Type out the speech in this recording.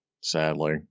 sadly